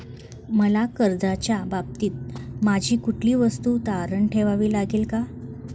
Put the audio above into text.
मला कर्जाच्या बदल्यात माझी कुठली वस्तू तारण ठेवावी लागेल का?